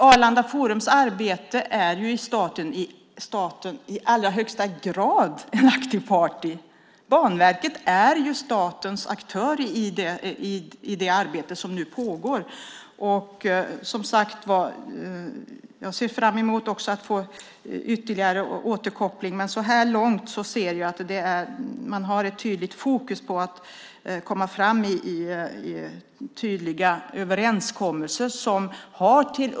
Arlanda forum är i allra högsta grad en aktiv part. Banverket är ju statens aktör i det arbete som nu pågår. Jag ser, som sagt, fram emot att få ytterligare återkoppling, men så här långt har man ett klart fokus på att komma fram med tydliga överenskommelser.